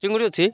ଚିଙ୍ଗୁଡ଼ି ଅଛି